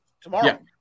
Tomorrow